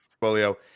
portfolio